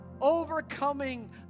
overcoming